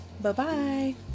Bye-bye